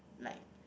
like